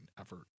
effort